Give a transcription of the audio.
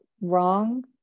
wrong